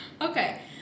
Okay